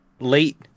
late